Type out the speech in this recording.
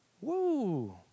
Woo